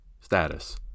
status